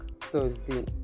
Thursday